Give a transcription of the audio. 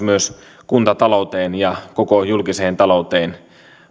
myös kuntatalouteen ja koko julkiseen talouteen